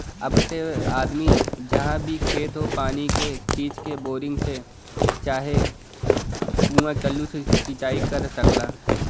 अब त आदमी जहाँ भी खेत हौ पानी के खींच के, बोरिंग से चाहे कुंआ टूल्लू से सिंचाई कर सकला